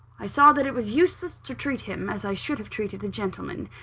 i saw that it was useless to treat him as i should have treated a gentleman.